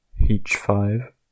h5